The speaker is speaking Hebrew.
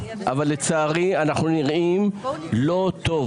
אבל לצערי אנחנו נראים לא טוב.